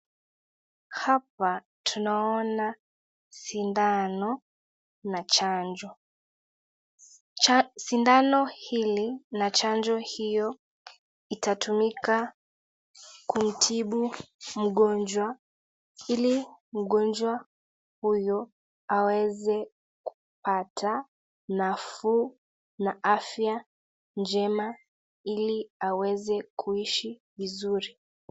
Hapa tunaona sindano na chanjo, sindano hili na chanjo hiyo itatumika kumtibu mgonjwa ili mgonjwa huyo aweze kupata nafuu na afya njema ili aweze kuishi vizuri.